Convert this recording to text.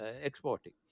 exporting